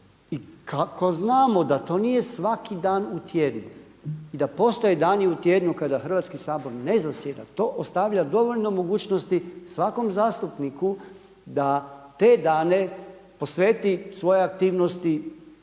I ako znamo da to nije svaki dan u tjednu i da postoje dani u tjednu kada Hrvatski sabor ne zasjeda to ostavlja dovoljno mogućnosti svakom zastupniku da te dane posveti svoje aktivnosti